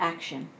action